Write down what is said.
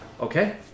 Okay